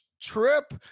trip